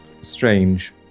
strange